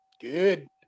Good